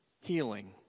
healing